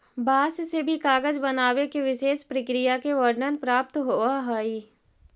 बाँस से भी कागज बनावे के विशेष प्रक्रिया के वर्णन प्राप्त होवऽ हई